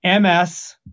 MS